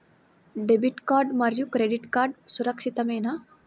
Debit card మరియు credit card సురక్షితమేనా?